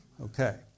Okay